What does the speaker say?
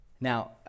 Now